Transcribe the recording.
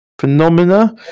phenomena